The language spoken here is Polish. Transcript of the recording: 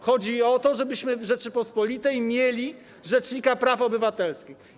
Chodzi o to, żebyśmy w Rzeczypospolitej mieli rzecznika praw obywatelskich.